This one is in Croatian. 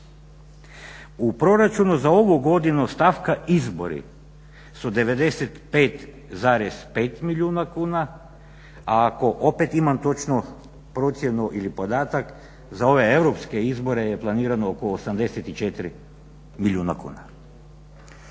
U proračunu za ovu godinu stavka izbori su 95,5 milijuna kuna, a ako opet imam točnu procjenu ili podatak za ove europske izbore je planirano oko 84 milijuna kuna.